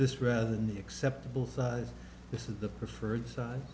this rather than the acceptable this is the preferred side